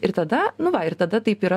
ir tada nu va ir tada taip yra